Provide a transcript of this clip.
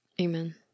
Amen